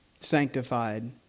sanctified